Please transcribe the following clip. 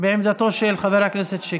בעמדתו של חבר הכנסת שיקלי,